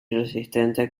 resistente